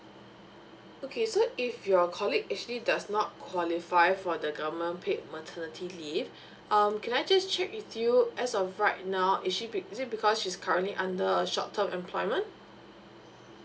okay so if your colleague actually does not qualify for the government paid maternity leave um can I just check with you as of right now is she be is it because she's currently under a short term employment